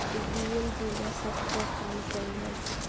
DM जिला स्तर पर काम करेलन